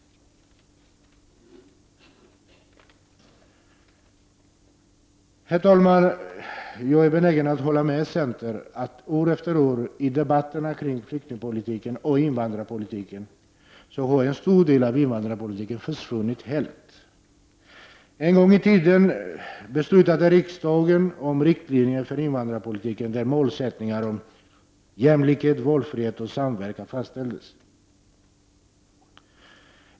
Herr talman! Jag är benägen att hålla med centern om att i debatterna om flyktingoch invandrarpolitiken under senare år har en stor del av invandrarpolitiken helt försvunnit. En gång i tiden beslutade riksdagen om riktlinjer för invandrarpolitiken där målsättningarna om jämlikhet, valfrihet och samverkan fastställdes.